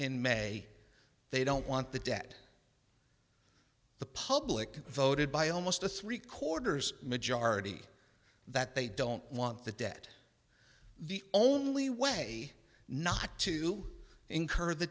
in may they don't want the debt the public voted by almost a three quarters majority that they don't want the debt the only way not to incur the